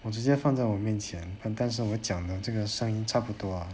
我直接放在我面前很担心我讲的这个声音差不多 ah